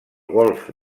golf